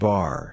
Bar